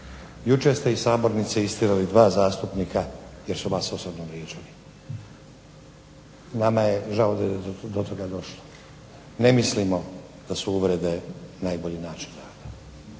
Jučer ste iz sabornice istjerali 2 zastupnika jer su vas osobno vrijeđali. Nama je žao da je do toga došlo. Ne mislimo da su uvrede najbolji način rada.